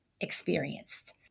experienced